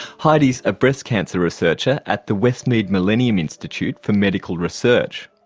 heidi's a breast cancer researcher at the westmead millennium institute for medical research.